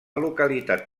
localitat